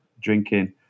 drinking